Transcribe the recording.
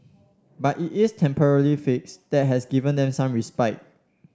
but it is temporary fix that has given them some respite